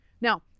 Now